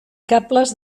cables